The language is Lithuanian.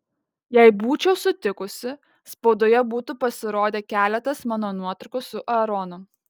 jei būčiau sutikusi spaudoje būtų pasirodę keletas mano nuotraukų su aaronu